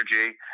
energy